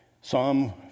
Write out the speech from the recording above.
Psalm